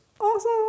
awesome